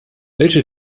welche